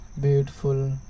beautiful